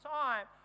time